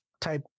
type